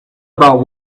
about